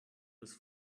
was